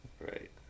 Right